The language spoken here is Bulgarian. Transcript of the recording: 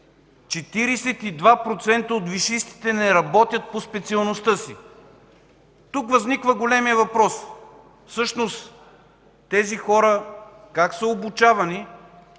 42% от висшистите не работят по специалността си. Тук възниква големият въпрос – всъщност как са обучавани